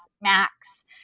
max